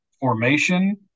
formation